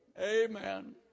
Amen